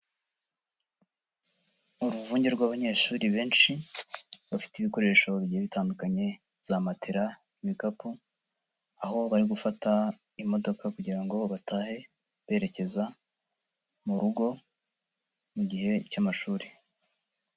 Uruvunge rw'abanyeshuri benshi, bafite ibikoresho bitandukanye, za matera, ibikapu, aho bari gufata imodoka kugira ngo batahe, berekeza mu rugo, igihe cy'amashuri.